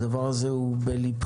הדבר הזה הוא בליבך,